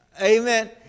Amen